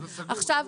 עכשיו,